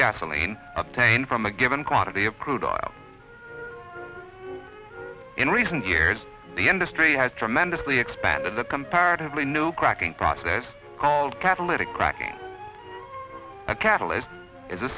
gasoline obtained from a given quantity of crude oil in recent years the industry has tremendously expanded the comparatively new cracking process called catalytic cracking a catalyst is a